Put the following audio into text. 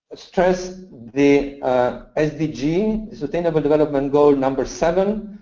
stress the sdg, sustainable development goal number seven,